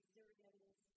Syrians